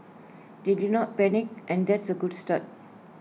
they did not panic and that's A good start